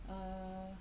err